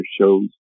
shows